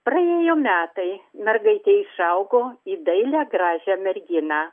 praėjo metai mergaitė išaugo į dailią gražią merginą